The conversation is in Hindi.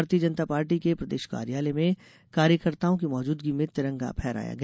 भारतीय जनता पार्टी के प्रदेश कार्यालय में कार्यकर्ताओं की मौजूदगी में तिरंगा फहराया गया